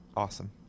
Awesome